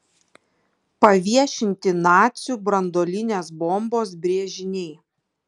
paviešinti nacių branduolinės bombos brėžiniai